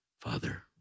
Father